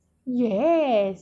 yes